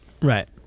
Right